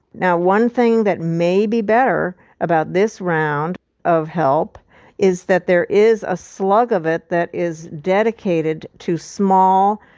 now, one thing that may be better about this round of help is that there is a slug of it that is dedicated to small,